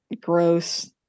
gross